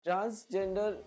Transgender